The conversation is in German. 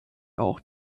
auch